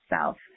self